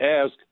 ask